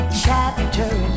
chapter